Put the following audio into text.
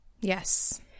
Yes